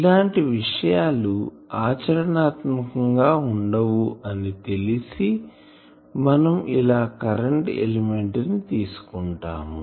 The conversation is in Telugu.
ఇలాంటి విషయాలు ఆచరణాత్మకంగా ఉండవు అని తెలిసి మనము ఇలా కరెంటు ఎలిమెంట్ ని తీసుకుంటాం